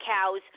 cows